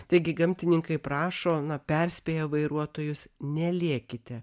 taigi gamtininkai prašo na perspėja vairuotojus nelėkite